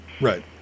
Right